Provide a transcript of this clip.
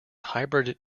hybrid